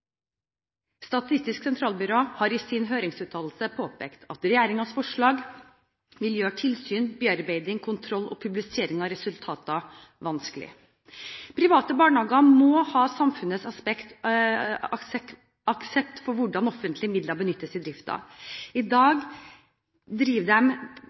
Statistisk sentralbyrå har i sin høringsuttalelse påpekt at regjeringens forslag vil gjøre tilsyn, bearbeiding, kontroll og publisering av resultater vanskelig. Private barnehager må ha samfunnets aksept for hvordan offentlige midler benyttes i driften. I